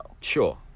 Sure